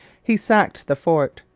he sacked the fort,